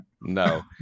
No